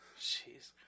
Jeez